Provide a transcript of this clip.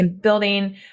building